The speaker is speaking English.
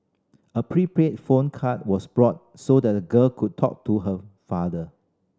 a prepaid phone card was bought so that the girl could talk to her father